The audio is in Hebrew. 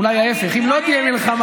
אולי ההפך: אם לא תהיה מלחמה,